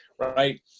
right